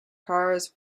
cars